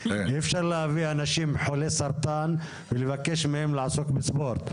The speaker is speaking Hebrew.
אי אפשר להביא אנשים חולי סרטן ולבקש מהם לעסוק בספורט,